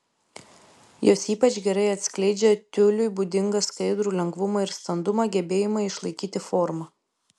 jos ypač gerai atskleidžia tiuliui būdingą skaidrų lengvumą ir standumą gebėjimą išlaikyti formą